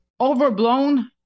overblown